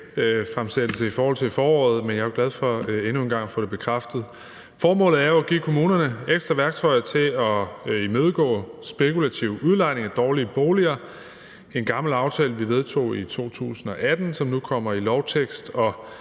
genfremsættelse af et lovforslag fra foråret, men jeg er glad for endnu en gang at få det bekræftet. Formålet er jo at give kommunerne ekstra værktøjer til at imødegå spekulativ udlejning af dårlige boliger. Det er en gammel aftale, vi vedtog i 2018, som nu kommer i lovtekst, og